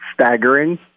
staggering